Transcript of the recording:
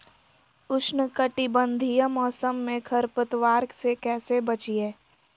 उष्णकटिबंधीय मौसम में खरपतवार से कैसे बचिये?